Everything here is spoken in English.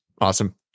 Awesome